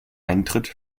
eintritt